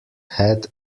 head